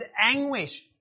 anguish